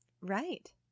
Right